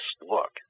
look